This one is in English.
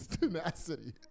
Tenacity